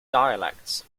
dialects